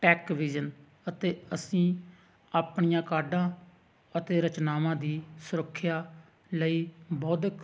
TechVision ਅਤੇ ਅਸੀਂ ਆਪਣੀਆਂ ਕਾਢਾਂ ਅਤੇ ਰਚਨਾਵਾਂ ਦੀ ਸੁਰੱਖਿਆ ਲਈ ਬੌਧਿਕ